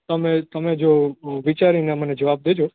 તમે તમે જો વિચારી ને મને જવાબ દેજો